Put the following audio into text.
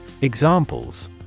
Examples